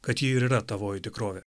kad ji ir yra tavoji tikrovė